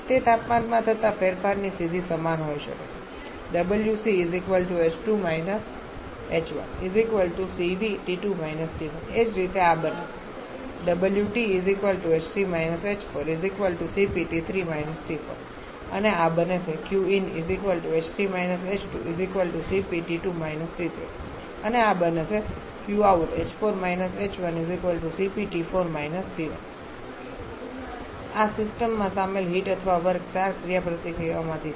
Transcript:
તે તાપમાનમાં થતા ફેરફારની સીધી સમાન હોઈ શકે છે એ જ રીતે આ બને છે અને આ બને છે અને આ બને છે આ સિસ્ટમમાં સામેલ હીટ અથવા વર્ક ચાર ક્રિયાપ્રતિક્રિયાઓમાંથી છે